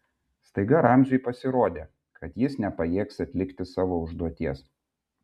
staiga ramziui pasirodė kad jis nepajėgs atlikti savo užduoties